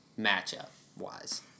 matchup-wise